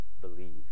believe